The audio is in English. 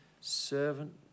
servant